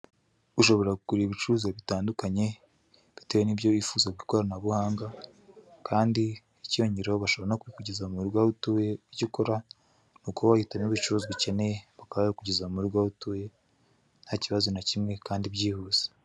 Ushobora kugura ibicuruzwa bitandukanye bitewe n'ibyo wifuza ku ikoranabuhanga, kandi ikiyongeyeho bashobora kubikugezaho murugo aho utuye, icyo ukora ni ukuba wahitamo ibicuruzwa ukeneye bakaba babikugezaho mu rugo aho utuye nta kibazo na kimwe kandi byihuse.